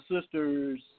sisters